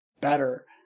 better